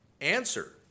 Answer